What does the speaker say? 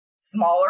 smaller